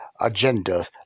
agendas